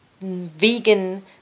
vegan